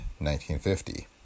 1950